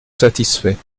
satisfaits